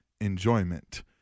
enjoyment